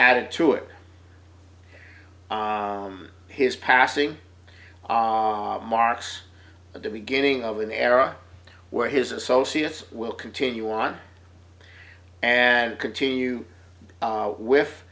added to it his passing marks the beginning of an era where his associates will continue on and continue with